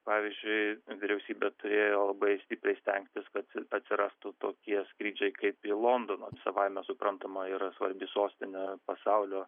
pavyzdžiui vyriausybė turėjo labai stipriai stengtis kad atsirastų tokie skrydžiai kaip į londoną savaime suprantama yra svarbi sostinė pasaulio